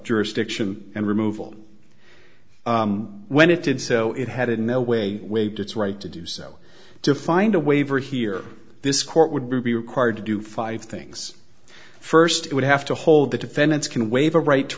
jurisdiction and removal when it did so it had in no way waived its right to do so to find a waiver here this court would be required to do five things first it would have to hold the defendants can waive a right to